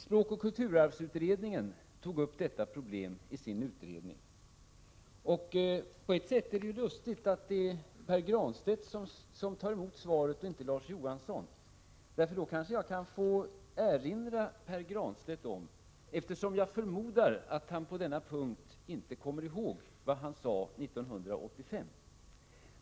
Språkoch kulturarvsutredningen tog upp detta problem i sitt betänkande. På ett sätt är det lustigt att det är Pär Granstedt som tar emot svaret och inte Larz Johansson. Jag kanske kan få erinra Pär Granstedt om — eftersom jag förstår att han inte kommer ihåg det — vad han sade på denna punkt 1985.